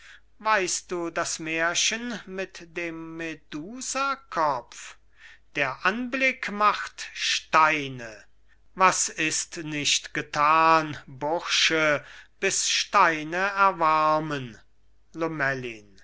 weißt du das märchen mit dem medusakopf der anblick macht steine was ist nicht getan bursche bis steine erwarmen lomellin